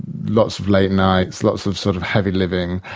lots of late nights, lots of sort of heavy living.